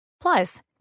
Plus